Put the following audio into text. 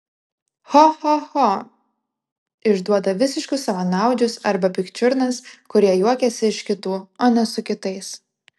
cho cho cho išduoda visiškus savanaudžius arba pikčiurnas kurie juokiasi iš kitų o ne su kitais